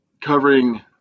covering –